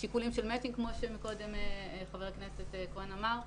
שיקולים של מצ'ינג כמו שמקודם חבר הכנסת כהן אמר,